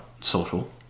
social